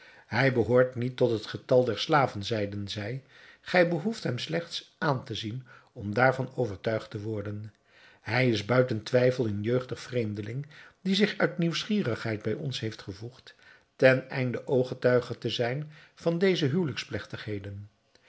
hij behoort niet tot het getal der slaven zeiden zij gij behoeft hem slechts aan te zien om daarvan overtuigd te worden hij is buiten twijfel een jeugdig vreemdeling die zich uit nieuwsgierigheid bij ons heeft gevoegd ten einde ooggetuige te zijn van deze